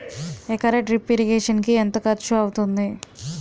ఎకర drip irrigation కి ఎంత ఖర్చు అవుతుంది?